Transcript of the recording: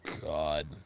God